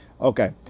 okay